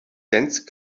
dense